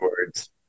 words